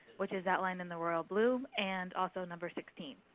which is that line in the royal blue, and also number sixteen.